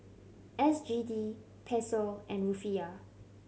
S G D Peso and Rufiyaa